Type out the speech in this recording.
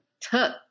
took